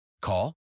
Call